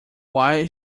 why